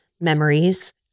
memories